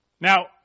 Now